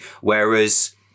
Whereas